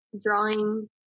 drawing